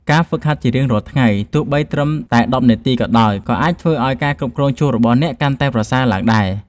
ការហ្វឹកហាត់ជារៀងរាល់ថ្ងៃទោះបីជាត្រឹមតែដប់នាទីក៏ដោយក៏អាចធ្វើឱ្យការគ្រប់គ្រងជក់របស់អ្នកកាន់តែប្រសើរឡើងដែរ។